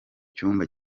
cyumba